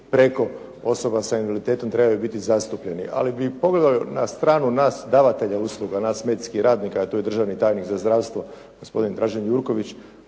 preko osoba s invaliditetom trebaju biti zastupljeni, ali bi pogledao i na stranu nas davatelja usluga, nas medicinskih radnika, a tu je državni tajnik za zdravstvo, gospodin Dražen Jurković,